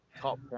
top